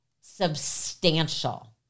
Substantial